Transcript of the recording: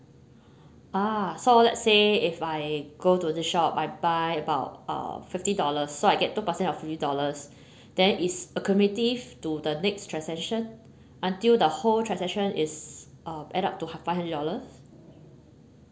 ah so let's say if I go to the shop I buy about uh fifty dollars so I get two percent of fifty dollars then is accumulative to the next transaction until the whole transaction is uh add up to five hundred dollars